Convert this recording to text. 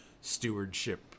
stewardship